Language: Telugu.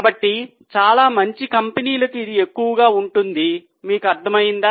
కాబట్టి చాలా మంచి కంపెనీలకు ఇది ఎక్కువగా ఉంటుంది మీకు అర్థమైందా